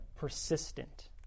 Persistent